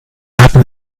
hatten